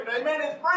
amen